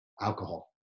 alcohol